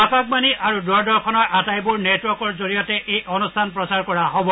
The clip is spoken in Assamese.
আকাশবাণী আৰু দূৰদৰ্শনৰ আটাইবোৰ নেটৱৰ্কৰ জৰিয়তে এই অনুষ্ঠান প্ৰচাৰ কৰা হ'ব